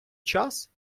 час